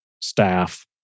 staff